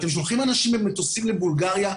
אתם שולחים אנשים במטוסים לבולגריה,